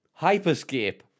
Hyperscape